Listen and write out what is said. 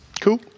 Cool